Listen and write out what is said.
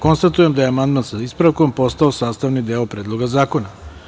Konstatujem da je amandman, sa ispravkom, postao sastavni deo Predloga zakona.